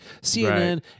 CNN